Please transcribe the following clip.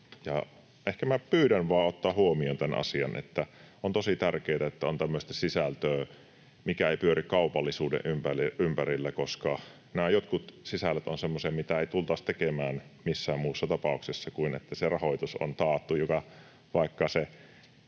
ehkä vaan ottamaan huomioon tämän asian, että on tosi tärkeätä, että on tämmöistä sisältöä, mikä ei pyöri kaupallisuuden ympärillä, koska nämä jotkut sisällöt ovat semmoisia, mitä ei tultaisi tekemään missään muussa tapauksessa kuin että se rahoitus on taattu, vaikka ne